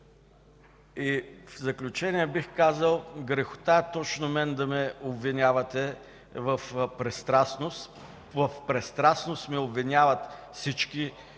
В заключение бих казал – грехота е точно мен да обвинявате в пристрастност. В пристрастност ме обвиняват всички